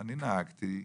כשאני נהגתי,